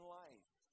life